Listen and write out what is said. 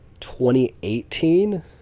2018